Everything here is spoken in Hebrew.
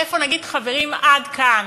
איפה נגיד: חברים, עד כאן,